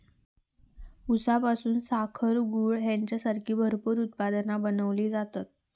ऊसापासून साखर, गूळ हेंच्यासारखी भरपूर उत्पादना बनवली जातत